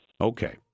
Okay